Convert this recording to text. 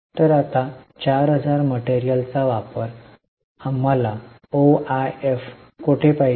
तर आता 40000 मटेरियलचा वापरः आम्हाला OIF कोठे पाहिजे